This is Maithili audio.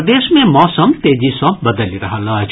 प्रदेश मे मौसम तेजी सँ बदलि रहल अछि